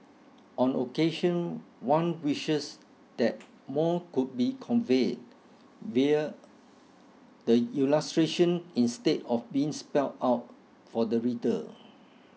on occasion one wishes that more could be conveyed via the illustration instead of being spelt out for the reader